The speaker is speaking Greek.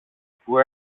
που